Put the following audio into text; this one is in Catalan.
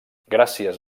gràcies